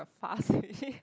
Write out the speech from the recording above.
fuss already